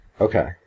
Okay